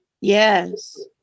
yes